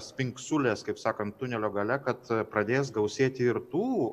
spingsulės kaip sakant tunelio gale kad pradės gausėti ir tų